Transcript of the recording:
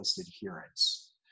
adherence